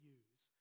use